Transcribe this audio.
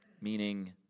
meaning